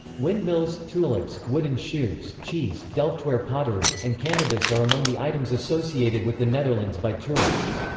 windmills, tulips, wooden shoes, cheese, delftware pottery, and cannabis are among the items associated with the netherlands by tourists.